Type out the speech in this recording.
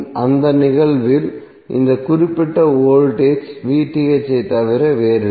அந்த நிகழ்வில் இந்த குறிப்பிட்ட வோல்டேஜ் ஐத் தவிர வேறில்லை